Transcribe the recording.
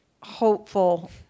hopeful